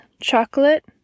chocolate